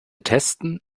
testen